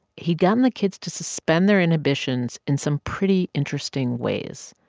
he'd gotten the kids to suspend their inhibitions in some pretty interesting ways.